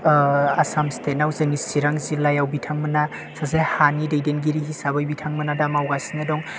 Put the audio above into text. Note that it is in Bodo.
आसाम स्टेटाव जोंनि चिरां जिल्लायाव बिथांमोना सासे हानि दैदेनगिरि हिसाबै बिथांमोना दा मावगासिनो दं